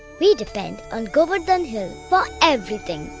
we depend on govardhan hill for everything.